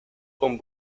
con